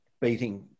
beating